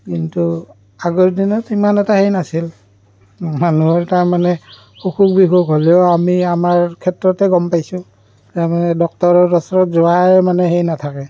কিন্তু আগৰ দিনত ইমান এটা হেৰি নাছিল মানুহৰ এটা মানে অসুখ বিসুখ হ'লেও আমি আমাৰ ক্ষেত্ৰতে গম পাইছোঁ তাৰমানে ডক্তৰৰ ওচৰত যোৱাই হেৰি নাথাকে